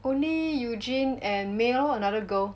only eugene and may lor another girl